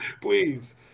Please